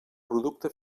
producte